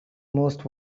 most